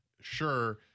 sure